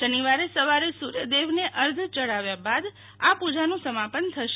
શનિવારે સવારે સુર્યદેવને અર્ધ ચઢાવ્યા બાદ આ પૂજાનું સમાપન થશે